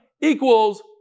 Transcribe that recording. equals